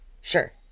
Sure